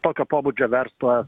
tokio pobūdžio verslas